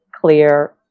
clear